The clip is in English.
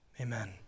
Amen